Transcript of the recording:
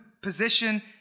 position